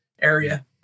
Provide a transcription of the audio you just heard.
area